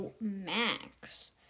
Max